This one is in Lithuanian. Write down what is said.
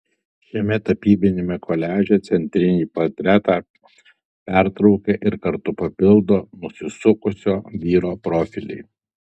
šiame tapybiniame koliaže centrinį portretą pertraukia ir kartu papildo nusisukusio vyro profiliai